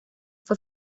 fue